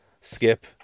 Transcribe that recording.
skip